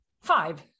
five